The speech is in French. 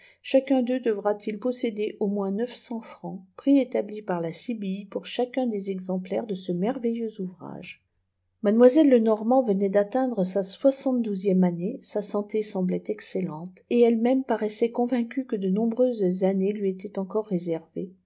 chacun d'eux devra t il posséder au moins neuf cents francs prix établi par la sibylle pour chacun ds exemplaires de ce merveilleux ouvrage mlle de gillenormand venait d'atteindre sa soixante douzième année sa santé semblait excellente et elle-même paraissait convaincue oue de nombreuses années lui étaient encore rëseryées